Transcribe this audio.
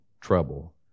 trouble